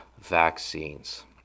vaccines